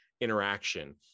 interaction